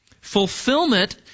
Fulfillment